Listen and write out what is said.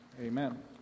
Amen